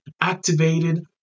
activated